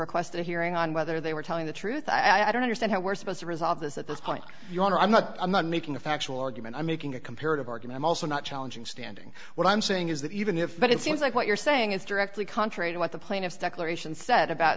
requested a hearing on whether they were telling the truth i don't understand how we're supposed to resolve this at this point your honor i'm not i'm not making a factual argument i'm making a comparative argument also not challenging standing what i'm saying is that even if it seems like what you're saying is directly contrary to what the plaintiffs declaration said about